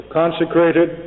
consecrated